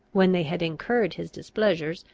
when they had incurred his displeasure,